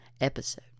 episode